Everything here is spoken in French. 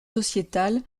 sociétale